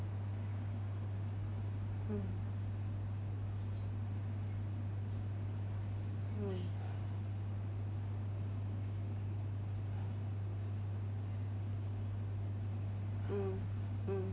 mm mm mm mm